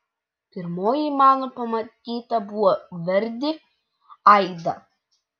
pirmoji mano pamatyta buvo verdi aida